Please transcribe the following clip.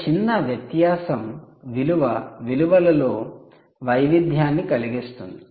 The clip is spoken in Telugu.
ఒక చిన్న వ్యత్యాసం విలువ లలో వైవిధ్యాన్ని కలిగిస్తుంది